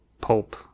pulp